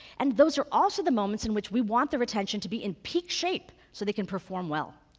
and those are also the moments in which we want their attention to be in peak shape so they can perform well.